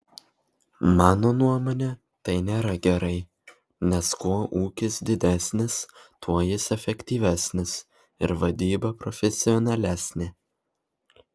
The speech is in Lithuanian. mano nuomone tai nėra gerai nes kuo ūkis didesnis tuo jis efektyvesnis ir vadyba profesionalesnė